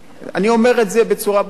אבל יש גם כאלה אחרות.